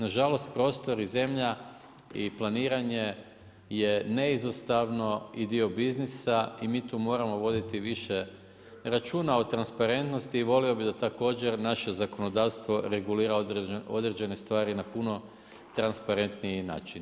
Nažalost, prostor i zemlja i planiranje je neizostavno i dio biznisa i mi tu moramo voditi više računa o transparentnosti i volio bi također naše zakonodavstvo regulira određene stvari na puno transparentniji način.